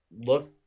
look